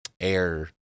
air